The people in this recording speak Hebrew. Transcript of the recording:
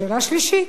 שאלה שלישית: